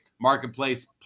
marketplace